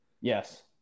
Yes